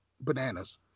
bananas